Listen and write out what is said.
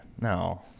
No